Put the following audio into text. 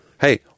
hey